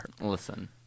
Listen